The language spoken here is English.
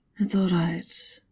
it's alright.